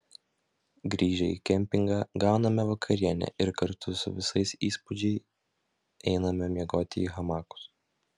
grįžę į kempingą gauname vakarienę ir kartu su visais įspūdžiai einame miegoti į hamakus